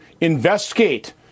investigate